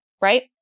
right